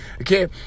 okay